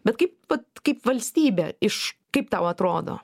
bet kaip vat kaip valstybė iš kaip tau atrodo